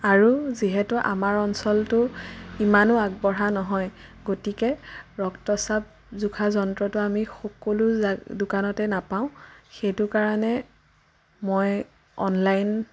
আৰু যিহেতু আমাৰ অঞ্চলটো ইমানো আগবঢ়া নহয় গতিকে ৰক্তচাপ জোখা যন্ত্ৰটো আমি সকলো দোকানতে নাপাওঁ সেইটো কাৰণে মই অনলাইন